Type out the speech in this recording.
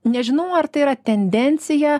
nežinau ar tai yra tendencija